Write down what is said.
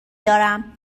دارم